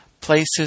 places